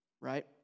right